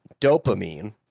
dopamine